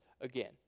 again